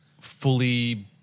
fully